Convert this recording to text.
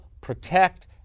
protect